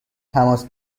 تماس